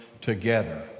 together